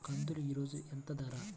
కందులు ఈరోజు ఎంత ధర?